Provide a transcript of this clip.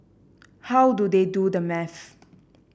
how do they do the math